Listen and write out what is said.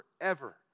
forever